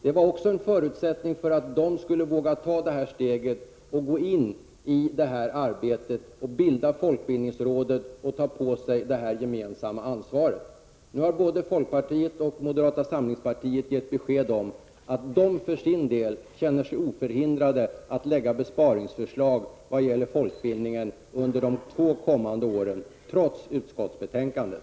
Det var också en förutsättning för att de skulle våga ta steget att gå in i arbetet, bilda Folkbildningsrådet och ta på sig det gemensamma ansvaret. Nu har både folkpartiet och moderata samlingspartiet gett besked om att de för sin del känner sig oförhindrade att lägga fram besparingsförslag vad gäller folkbildningen under de två kommande åren, trots utskottsbetänkandet.